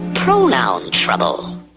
pronoun trouble.